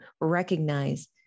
recognize